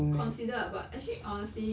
considered but actually honestly